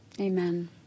Amen